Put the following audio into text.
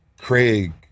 Craig